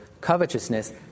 covetousness